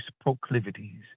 proclivities